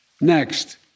Next